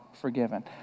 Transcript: forgiven